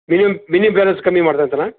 minimum minimum balance ಕಮ್ಮಿ ಮಾಡಿದ್ರೆ ಅಂತಾನ